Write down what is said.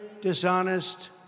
dishonest